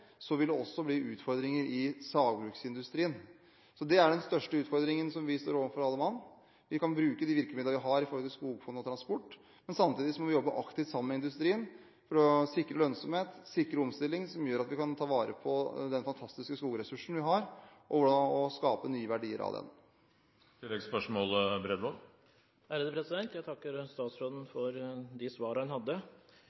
Så det er den største utfordringen vi alle står overfor. Vi kan bruke de virkemidlene vi har når det gjelder skogfond og transport, men samtidig må vi jobbe aktivt sammen med industrien for å sikre lønnsomhet og sikre omstilling som gjør at vi kan ta vare på den fantastiske skogressursen vi har, og skape nye verdier av den. Jeg takker statsråden